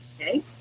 okay